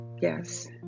yes